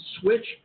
switch